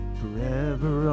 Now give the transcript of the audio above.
forever